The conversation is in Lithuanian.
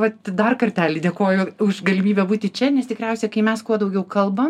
vat dar kartelį dėkoju už galimybę būti čia nes tikriausiai kai mes kuo daugiau kalbam